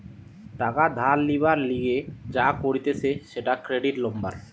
টাকা ধার লিবার লিগে যা করতিছে সেটা ক্রেডিট লওয়া